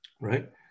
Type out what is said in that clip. right